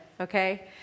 okay